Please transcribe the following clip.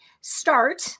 start